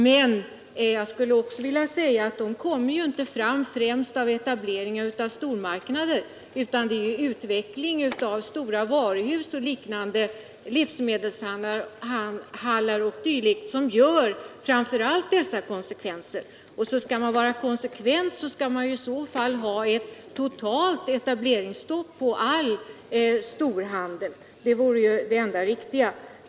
Men jag vill också påpeka att dessa konsekvenser uppkommer ju inte främst genom etableringen av stormarknader, utan det är utvecklingen av stora varuhus, livsmedelshallar o. d. som ger dessa konsekvenser. Och skall man vara konsekvent måste man i så fall ha ett totalt etableringsstopp för all storhandel — det vore det enda riktiga.